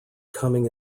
coming